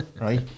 Right